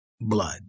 blood